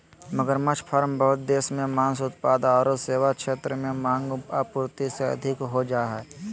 मगरमच्छ फार्म बहुत देश मे मांस उत्पाद आरो सेवा क्षेत्र में मांग, आपूर्ति से अधिक हो जा हई